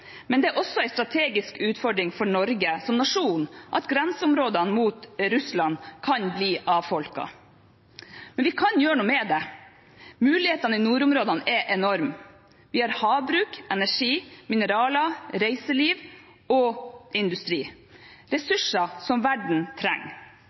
det er også en strategisk utfordring for Norge som nasjon at grenseområdene mot Russland kan bli avfolket. Men vi kan gjøre noe med det. Mulighetene i nordområdene er enorme: Vi har havbruk, energi, mineraler, reiseliv og industri,